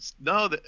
No